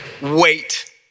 wait